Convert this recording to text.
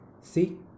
See